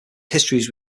histories